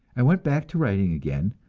i went back to writing again,